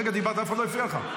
הרגע דיברת ואף אחד לא הפריע לך.